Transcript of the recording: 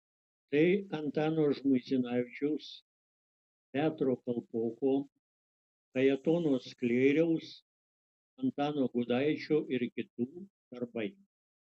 tai antano žmuidzinavičiaus petro kalpoko kajetono sklėriaus antano gudaičio ir kitų darbai